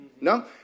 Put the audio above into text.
No